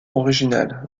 original